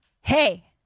Hey